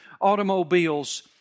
automobiles